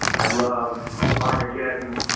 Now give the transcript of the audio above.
i love armageddon.